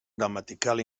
gramatical